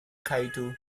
kyoto